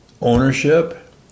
Ownership